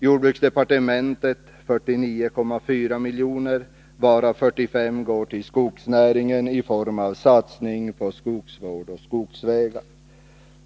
Jordbruksdepartementet får 49,4 milj.kr., varav 45 milj.kr. går till skogsnäringen i form av satsningen på skogsvård och skogsvägar.